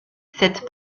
cette